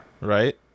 right